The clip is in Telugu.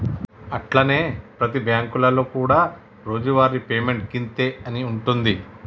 అట్లనే ప్రతి బ్యాంకులలో కూడా రోజువారి పేమెంట్ గింతే అని ఉంటుంది